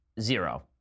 zero